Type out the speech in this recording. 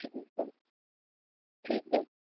ठीकु आहे ठीकु आहे